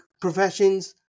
professions